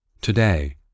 Today